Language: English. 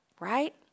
Right